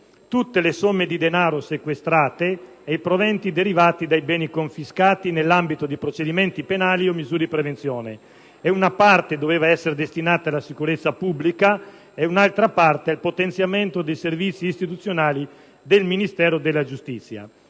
tutte le somme di denaro sequestrate e i proventi derivati dai beni confiscati nell'ambito di procedimenti penali o misure di prevenzione; una parte doveva essere destinata alla sicurezza pubblica e un'altra al potenziamento dei servizi istituzionali del Ministero della giustizia.